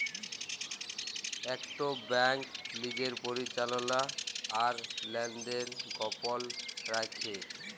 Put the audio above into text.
ইকট ব্যাংক লিজের পরিচাললা আর লেলদেল গপল রাইখে